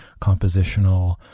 compositional